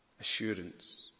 assurance